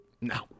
no